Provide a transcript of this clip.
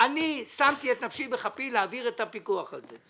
אני שמתי את נפשי בכפי להעביר את הפיקוח הזה.